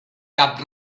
cap